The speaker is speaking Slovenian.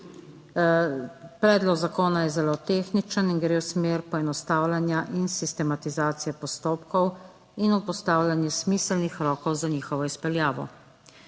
Predlog zakona je zelo tehničen in gre v smer poenostavljanja in sistematizacije postopkov in vzpostavljanje smiselnih rokov za njihovo izpeljavo.